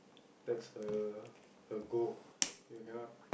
that's her her goal you cannot